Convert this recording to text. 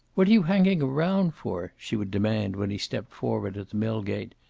what're you hanging round for? she would demand when he stepped forward at the mill gate.